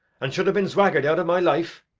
an chud ha' bin zwagger'd out of my life,